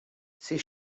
ces